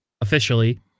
officially